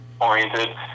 oriented